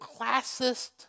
classist